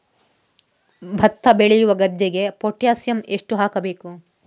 ಭತ್ತ ಬೆಳೆಯುವ ಗದ್ದೆಗೆ ಪೊಟ್ಯಾಸಿಯಂ ಎಷ್ಟು ಹಾಕಬೇಕು?